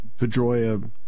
Pedroia